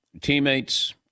Teammates